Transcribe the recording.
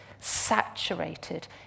saturated